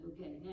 Okay